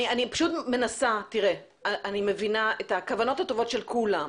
אני מבינה את הכוונות הטובות של כולם.